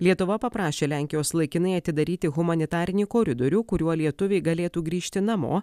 lietuva paprašė lenkijos laikinai atidaryti humanitarinį koridorių kuriuo lietuviai galėtų grįžti namo